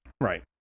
right